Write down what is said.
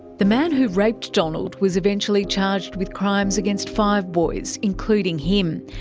the man who raped donald was eventually charged with crimes against five boys, including him.